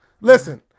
listen